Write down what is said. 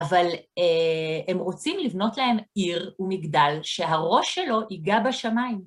אבל הם רוצים לבנות להם עיר ומגדל שהראש שלו יגע בשמיים.